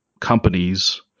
companies